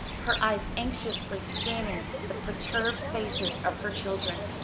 her eyes anxiously scanning the perturbed faces of her children.